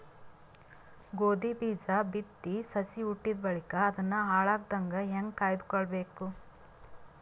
ಗೋಧಿ ಬೀಜ ಬಿತ್ತಿ ಸಸಿ ಹುಟ್ಟಿದ ಬಳಿಕ ಅದನ್ನು ಹಾಳಾಗದಂಗ ಹೇಂಗ ಕಾಯ್ದುಕೊಳಬೇಕು?